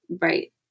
Right